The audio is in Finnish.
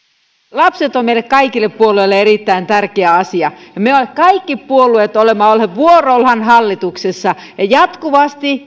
lapset on meille kaikille puolueille erittäin tärkeä asia ja kaikki puolueet olemme olleet vuorollaan hallituksessa ja jatkuvasti